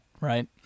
right